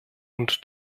und